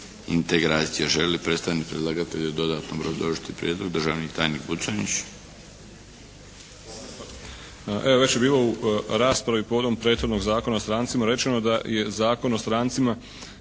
integracije. Želi li predstavnik predlagatelja dodatno obrazložiti prijedlog? Državni tajnik Buconjić.